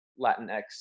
Latinx